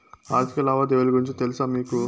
ఆర్థిక లావాదేవీల గురించి తెలుసా మీకు